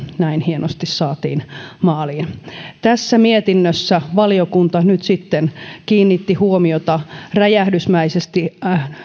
näin hienosti saatiin maaliin tässä mietinnössä valiokunta nyt sitten kiinnitti huomiota räjähdysmäisesti